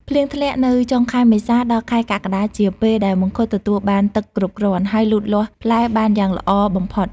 ភ្លៀងធ្លាក់នៅចុងខែមេសាដល់ខែកក្កដាជាពេលដែលមង្ឃុតទទួលបានទឹកគ្រប់គ្រាន់ ហើយលូតលាស់ផ្លែបានយ៉ាងល្អបំផុត។